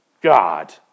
God